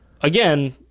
Again